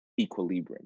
equilibrium